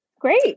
Great